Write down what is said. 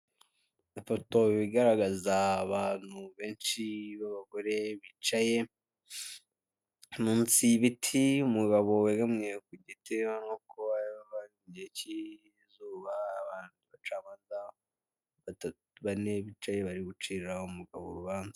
Ifoto igaragaza abantu benshi b'abagore bicaye munsi y'ibiti, umugabo wegamye ku giti urabona ko bari mu gihe k'izuba. Hari abacamanza bane bicaye bari gucira umugabo urubanza.